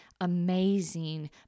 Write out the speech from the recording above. amazing